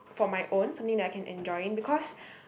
for my own something that I can enjoy in because